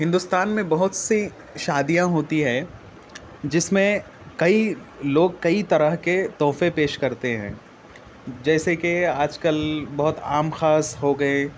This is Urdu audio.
ہندوستان میں بہت سی شادیاں ہوتی ہیں جس میں کئی لوگ کئی طرح کے تحفے پیش کرتے ہیں جیسے کہ آج کل بہت عام خاص ہو گئے